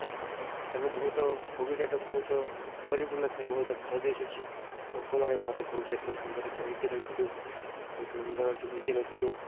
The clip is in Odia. ଆଉ ତାକୁ ବହୁତ ବଗିଚାଟା ବହୁତ ପରିପୂର୍ଣ୍ଣ ଥିଲେ ବହୁତ ଭଲ ଦିଶୁଛି ଲୋକମାନେ ମତେ କହୁଛି ଏତେ ସୁନ୍ଦର କେମିତି ରଖିଲୁ ଏତେ ସୁନ୍ଦର କେମିତି ରଖିଲୁ